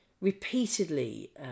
repeatedly